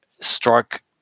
strike